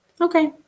Okay